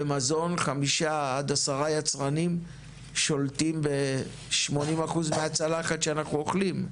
במזון חמישה-עשרה יצרנים שולטים ב-80% מהצלחת שאנחנו אוכלים,